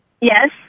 Yes